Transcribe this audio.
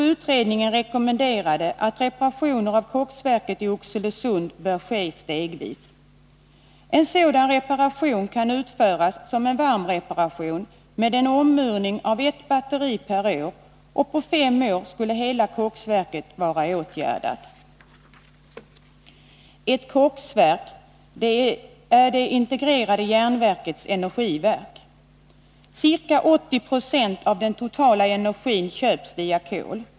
Utredningen rekommenderade att reparationer av koksverket i Oxelösund bör ske stegvis. En sådan reparation kan utföras som en varmreparation med en ommurning av ett batteri per år. På fem år skulle hela koksverket vara åtgärdat. Ett koksverk är det integrerade järnverkets energiverk. Ca 80 90 av den totala energin köps via kol.